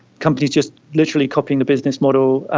companies just literally copying the business model,